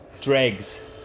dregs